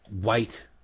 White